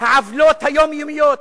העוולות היומיומיות,